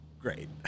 great